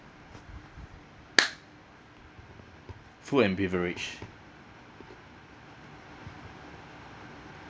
food and beverage